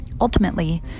Ultimately